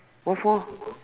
what for